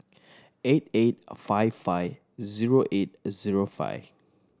eight eight five five zero eight zero five